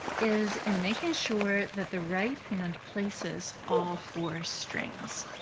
is in making sure that the right hand places all four strings.